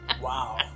Wow